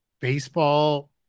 Baseball